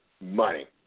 money